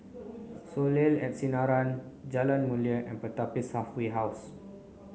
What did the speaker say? Soleil at Sinaran Jalan Mulia and Pertapis Halfway House